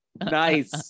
Nice